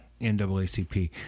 NAACP